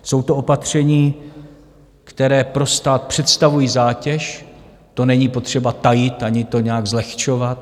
Jsou to opatření, která pro stát představují zátěž, to není potřeba tajit ani to nějak zlehčovat.